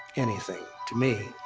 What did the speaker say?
anything, to me.